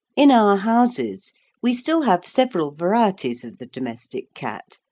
in our houses we still have several varieties of the domestic cat,